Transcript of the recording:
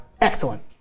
Excellent